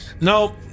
no